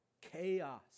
chaos